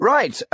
Right